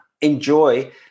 enjoy